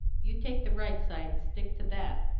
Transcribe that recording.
you take the right side, and stick to that.